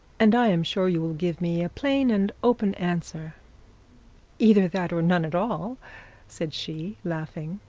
and i am sure you will give me a plain and open answer either that or none at all said she, laughing.